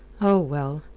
oh, well,